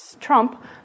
trump